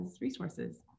resources